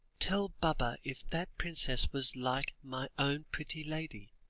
tell baba if that princess was like mine own pretty lady.